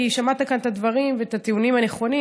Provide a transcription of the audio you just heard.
כי שמעת כאן את הדברים ואת הטיעונים הנכונים,